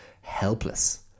helpless